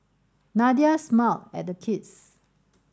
Nadia smiled at the kids